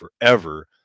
forever